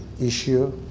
issue